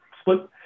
split